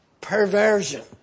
perversion